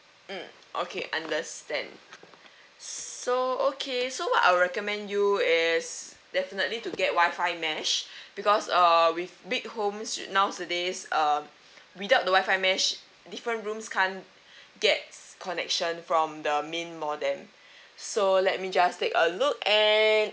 mm okay understand so okay so what I'll recommend you is definitely to get wifi mesh because uh with big homes nowadays uh without the wifi mesh different rooms can't get connection from the main modem so let me just take a look and